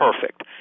perfect